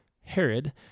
Herod